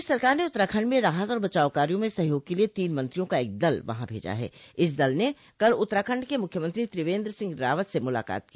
प्रदेश सरकार ने उत्तराखंड म राहत और बचाव कार्यो में सहयोग के लिये तीन मंत्रियों का एक दल वहां भेजा है इस दल ने कल उत्तराखंड के मुख्यमंत्री त्रिवेन्द्र सिंह रावत से मुलाकात की